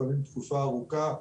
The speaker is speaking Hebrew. לפעמים תקופה ארוכה.